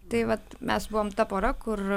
tai vat mes buvom ta pora kur